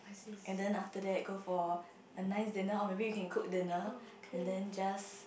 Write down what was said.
and then after that go for a nice dinner or maybe we can cook dinner and then just